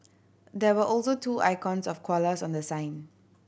there were also two icons of koalas on the sign